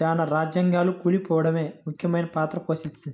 చాలా రాజ్యాలు కూలిపోడంలో ముఖ్యమైన పాత్ర పోషించింది